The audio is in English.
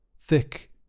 thick